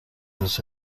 دوست